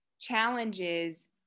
challenges